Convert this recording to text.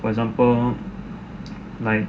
for example like